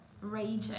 raging